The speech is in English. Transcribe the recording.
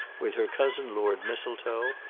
with her cousin lord mistletoe,